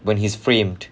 when he's framed